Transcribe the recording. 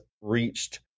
reached –